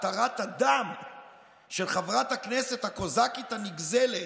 התרת הדם של חברת הכנסת הקוזקית הנגזלת,